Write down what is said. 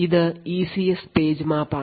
അത് ECS page മാപ്പാണ്